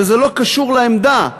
וזה לא קשור לעמדה,